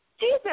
Jesus